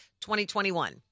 2021